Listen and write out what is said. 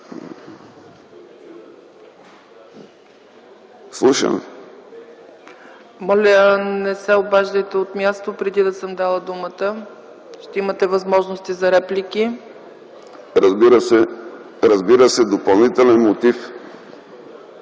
ЦАЧЕВА: Моля, не се обаждайте от място, преди да съм дала думата. Ще имате възможност за реплики. ЕМИЛ ДИМИТРОВ: Разбира се, допълнителен мотив